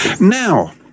Now